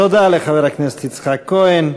תודה לחבר הכנסת יצחק כהן.